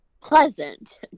pleasant